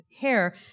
hair